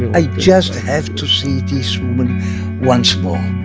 i just have to see this woman once more